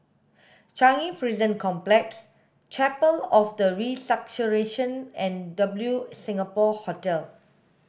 Changi Prison Complex Chapel of the Resurrection and W Singapore Hotel